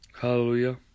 Hallelujah